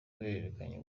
guhererekanya